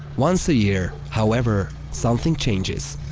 once a year, however, something changes.